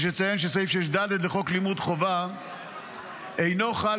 יש לציין שסעיף 6(ד) לחוק לימוד חובה אינו חל